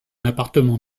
appartement